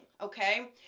Okay